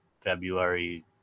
February